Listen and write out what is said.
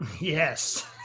Yes